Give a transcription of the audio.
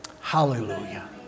Hallelujah